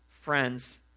friends